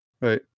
right